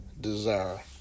desire